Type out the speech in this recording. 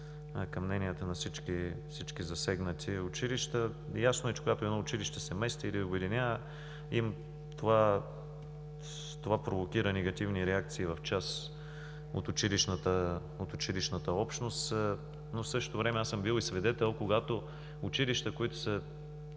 към мненията на всички засегнати училища. Ясно е, че когато едно училище се мести или обединява, това провокира негативни реакции в част от училищната общност. В същото време съм бил и свидетел, когато училища, които са